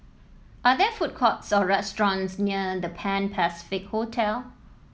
are there food courts or restaurants near The Pan Pacific Hotel